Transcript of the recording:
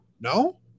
No